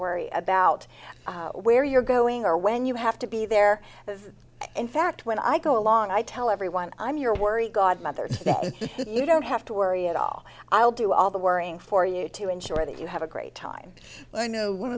worry about where you're going or when you have to be there in fact when i go along i tell everyone i'm your worry godmothers you don't have to worry at all i'll do all the worrying for you to ensure that you have a great time i know one